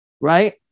Right